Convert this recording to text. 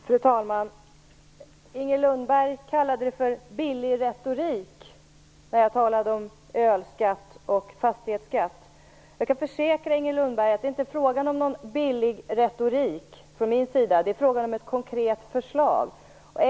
Fru talman! Inger Lundberg kallade det för billig retorik när jag talade om ölskatt och fastighetsskatt. Jag kan försäkra Inger Lundberg att det inte är fråga om någon billig retorik från min sida. Det är fråga om ett konkret förslag.